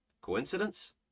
coincidence